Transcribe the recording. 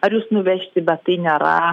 ar jus nuvežti bet tai nėra